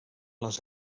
les